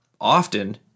often